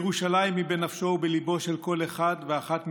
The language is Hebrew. ירושלים היא בנפשו ובליבו של כל אחד ואחת מאיתנו.